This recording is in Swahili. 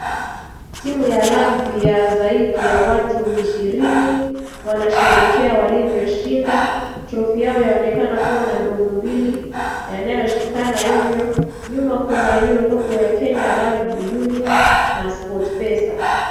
Timu ya rugby ya zaidi ya watu ishirini , wanasherehekea walivyoshinda. Trophy yaonekana kuwa na ndovu mbili yanayoshikana hivyo. Nyuma kuna hiyo logo ya Kenya Rugby Union, na Sport pesa.